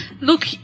Look